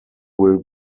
will